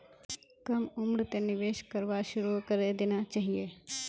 कम उम्रतें निवेश करवा शुरू करे देना चहिए